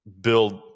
Build